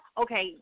Okay